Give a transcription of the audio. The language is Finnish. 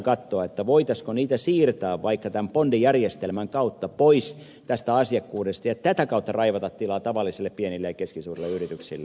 me yritämme katsoa voitaisiinko niitä siirtää vaikka tämän bondijärjestelmän kautta pois tästä asiakkuudesta ja tätä kautta raivata tilaa tavallisille pienille ja keskisuurille yrityksille